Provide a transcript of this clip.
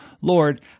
Lord